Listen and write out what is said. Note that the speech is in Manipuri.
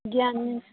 ꯒ꯭ꯌꯥꯟ ꯃꯦꯟ